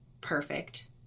perfect